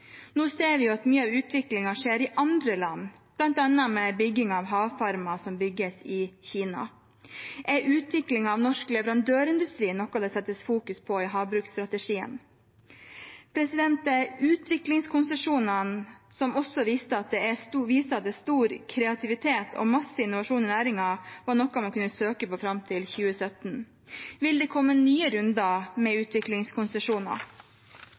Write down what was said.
Nå ser vi at mye av utviklingen skjer i andre land, bl.a. med havfarmer som bygges i Kina. Er utvikling av norsk leverandørindustri noe som settes i fokus i havbruksstrategien? Utviklingskonsesjonene, som også viser at det er stor kreativitet og masse innovasjon i næringen, var noe man kunne søke på fram til 2017. Vil det komme nye runder med utviklingskonsesjoner?